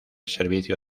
servicio